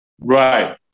Right